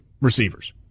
receivers